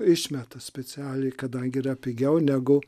išmeta specialiai kadangi yra pigiau negu